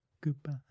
goodbye